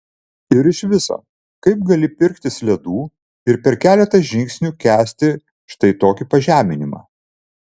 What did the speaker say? ir iš viso kaip gali pirktis ledų ir per keletą žingsnių kęsti štai tokį pažeminimą